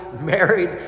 married